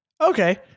Okay